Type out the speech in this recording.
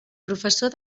professor